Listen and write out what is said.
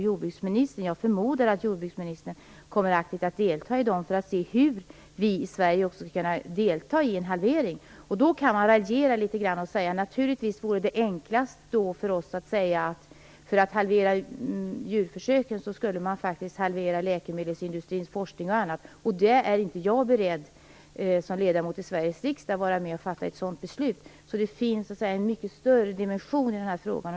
Jag förmodar att jordbruksministern kommer att delta aktivt i dem för att se hur vi i Sverige skall kunna arbeta för en halvering. Man kan naturligtvis raljera litet grand och säga att det vore enklast för oss att för att halvera djurförsöken halvera läkemedelsindustrins forskning och annat. Jag är inte beredd att som ledamot i Sveriges riksdag vara med och fatta ett sådant beslut. Det finns en mycket större dimension i den här frågan.